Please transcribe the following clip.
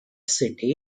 city